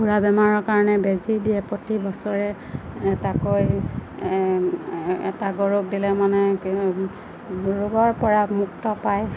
খুৰা বেমাৰৰ কাৰণে বেজি দিয়ে প্ৰতি বছৰে এটাকৈ এটা গৰুক দিলে মানে ৰোগৰ পৰা মুক্ত পায়